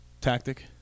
tactic